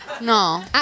No